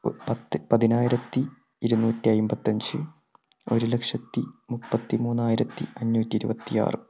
പത്ത് പതിനായിരത്തി ഇരുനൂറ്റി അൻപത്തഞ്ച് ഒരു ലക്ഷത്തി മുപ്പത്തി മൂന്നായിരത്തി അഞ്ഞൂറ്റി ഇരുപത്തിയാറ്